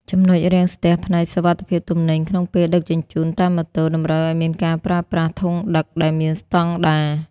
ចំណុចរាំងស្ទះផ្នែក "សុវត្ថិភាពទំនិញ" ក្នុងពេលដឹកជញ្ជូនតាមម៉ូតូ តម្រូវឱ្យមានការប្រើប្រាស់ធុងដឹកដែលមានស្ដង់ដារ។